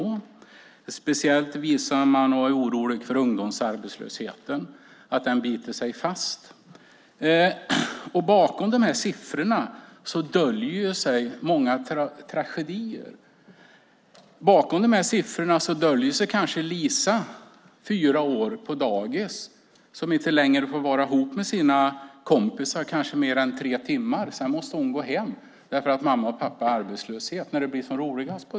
Man är speciellt orolig för att ungdomsarbetslösheten biter sig fast. Bakom de här siffrorna döljer sig många tragedier. Där döljer sig kanske Lisa, fyra år, som går på dagis och inte längre får vara tillsammans med sina kompisar mer än tre timmar. Sedan, när det blir som roligast på dagis, måste hon gå hem eftersom mamma och pappa är arbetslösa.